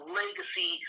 legacy